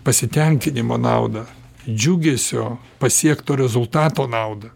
pasitenkinimo nauda džiugesio pasiekto rezultato naudą